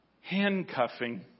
handcuffing